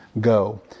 go